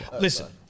Listen